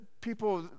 People